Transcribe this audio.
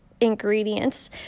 ingredients